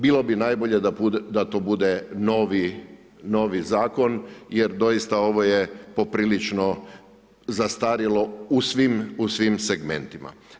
Bilo bi najbolje da to bude novi Zakon jer doista ovo je poprilično zastarjelo u svim segmentima.